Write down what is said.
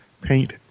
paint